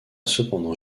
cependant